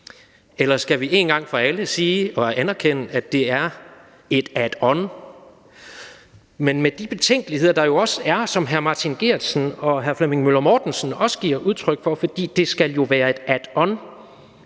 eller om vi en gang for alle skal sige og anerkende, at det er et addon. Men der er jo også betænkeligheder, som hr. Martin Geertsen og hr. Flemming Møller Mortensen også giver udtryk for, for det skal jo være et addon,